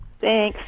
Thanks